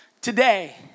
today